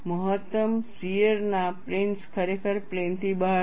મહત્તમ શીયર ના પ્લેન્સ ખરેખર પ્લેનથી બહાર છે